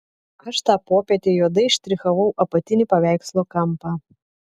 aš tą popietę juodai štrichavau apatinį paveikslo kampą